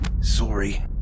Sorry